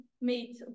made